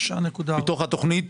מתוך התוכנית